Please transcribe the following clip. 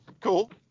cool